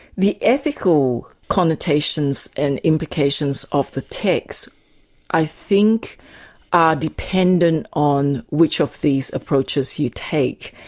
the ethical connotations and implications of the text i think are dependent on which of these approaches you take.